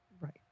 Right